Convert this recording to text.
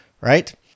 right